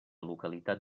localitat